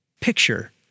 Picture